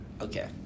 Okay